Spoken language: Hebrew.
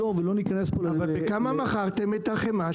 בכמה מכרתם את החמאה